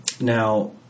now